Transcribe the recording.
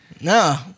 No